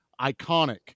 iconic